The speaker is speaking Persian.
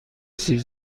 سیب